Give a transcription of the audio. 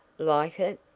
like it?